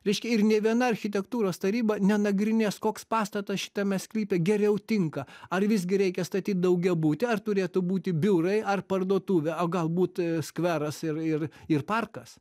reiškia ir nei viena architektūros taryba nenagrinės koks pastatas šitame sklype geriau tinka ar visgi reikia statyt daugiabutį ar turėtų būti biurai ar parduotuvė o galbūt skveras ir ir ir parkas